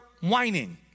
whining